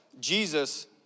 Jesus